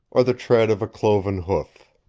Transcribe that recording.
or the tread of a cloven hoof.